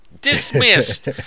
dismissed